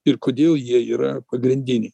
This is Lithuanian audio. ir kodėl jie yra pagrindiniai